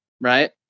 right